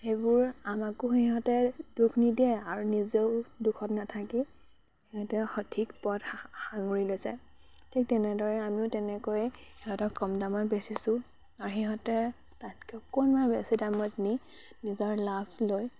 সেইবোৰ আমাকো সিহঁতে দুখ নিদিয়ে আৰু নিজেও দুখত নাথাকি সিহঁতে সঠিক পথ সাঙুৰি লৈছে ঠিক তেনেদৰে আমিও তেনেকৈয়ে সিহঁতক কম দামত বেচিছোঁ আৰু সিহঁতে তাতকৈ অকণমান বেছি দামত নি নিজৰ লাভ লৈ